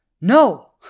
No